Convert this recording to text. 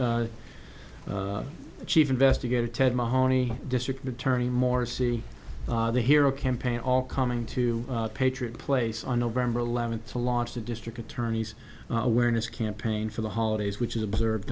o'leary chief investigator ted mahoney district attorney morsi the hero campaign all coming to patriot place on november eleventh to launch the district attorney's awareness campaign for the holidays which is observed